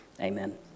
Amen